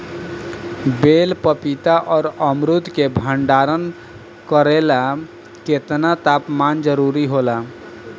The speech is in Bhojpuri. बेल पपीता और अमरुद के भंडारण करेला केतना तापमान जरुरी होला?